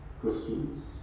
Christians